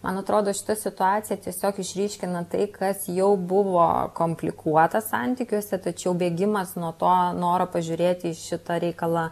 man atrodo šita situacija tiesiog išryškino tai kas jau buvo komplikuota santykiuose tačiau bėgimas nuo to noro pažiūrėti į šitą reikalą